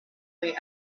way